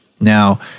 Now